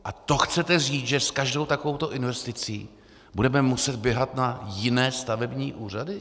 A to chcete říct, že s každou takovouto investicí budeme muset běhat na jiné stavební úřady?